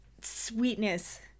sweetness